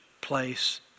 place